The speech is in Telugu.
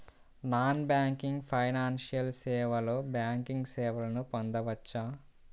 నాన్ బ్యాంకింగ్ ఫైనాన్షియల్ సేవలో బ్యాంకింగ్ సేవలను పొందవచ్చా?